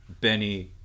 Benny